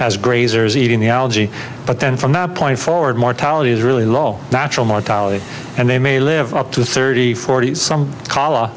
as grazers eating the algae but then from that point forward mortality is really low natural mortality and they may live up to thirty forty some c